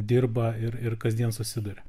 dirba ir ir kasdien susiduria